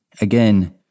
Again